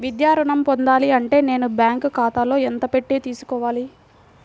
విద్యా ఋణం పొందాలి అంటే నేను బ్యాంకు ఖాతాలో ఎంత పెట్టి తీసుకోవాలి?